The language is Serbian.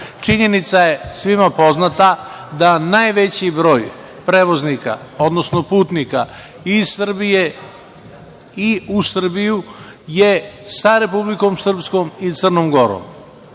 zakonom. Činjenica je svima poznata da najveći broj prevoznika, odnosno putnika iz Srbije i u Srbiju, je sa Republikom Srpskom i Crnom Gorom.